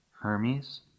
Hermes